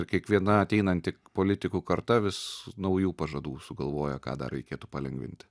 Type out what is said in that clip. kiekviena ateinanti politikų karta vis naujų pažadų sugalvoja ką dar reikėtų palengvinti